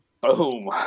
Boom